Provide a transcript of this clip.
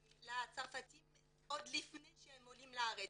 לצרפתים עוד לפני שהם עולים לארץ,